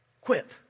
quit